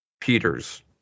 peters